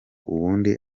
ubundi